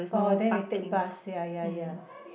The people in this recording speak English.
orh then we take bus ya ya ya